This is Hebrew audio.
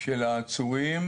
של העצורים,